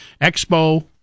Expo